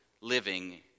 living